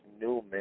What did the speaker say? Newman